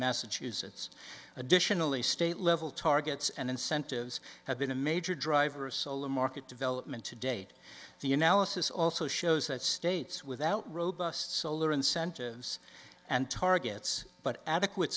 massachusetts additionally state level targets and incentives have been a major driver of solar market development to date the analysis also shows that states without robust solar incentives and targets but adequate